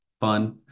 fun